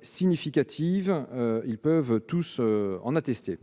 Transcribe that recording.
significative ; tous peuvent en attester.